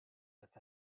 with